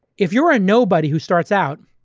if you're a nobody who starts out,